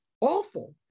awful